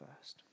first